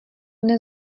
mne